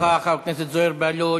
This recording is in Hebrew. תודה רבה לך, חבר הכנסת זוהיר בהלול.